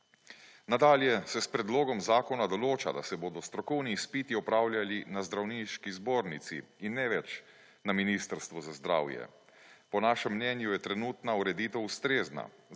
Nadalje, se s predlogom zakona določa, da se bodo strokovni izpiti opravljali na Zdravniški zbornici in ne več na Ministrstvu za zdravje. Po našem mnenju je trenutna ureditev ustrezna,